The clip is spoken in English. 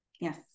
Yes